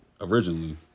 originally